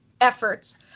efforts